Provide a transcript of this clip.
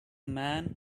man